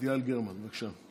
חברת הכנסת יעל גרמן, בבקשה.